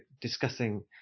discussing